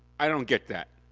i don't get that.